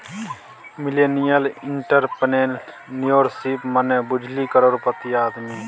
millennial entrepreneurship मने बुझली करोड़पति आदमी